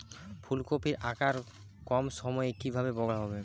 ফুলকপির আকার কম সময়ে কিভাবে বড় হবে?